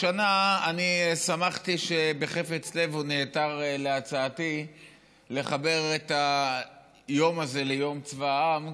השנה שמחתי שבחפץ לב הוא נעתר להצעתי לחבר את היום הזה ליום צבא העם,